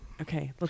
okay